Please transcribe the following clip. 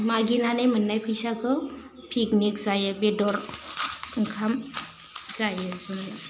मागिनानै मोन्नाय फैसाखौ पिकनिक जायो बेदर ओंखाम जायो जोङो